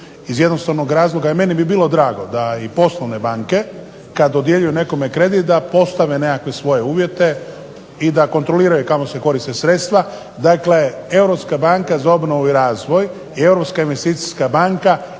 Iz jednostavnog razloga, jer meni bi bilo drago da i poslovne banke, kad dodjeljuju nekome kredit da postave nekakve svoje uvjete i da kontroliraju kako se koriste sredstva. Dakle Europska banka za obnovu i razvoj i Europska investicijska banka